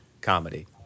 comedy